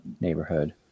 neighborhood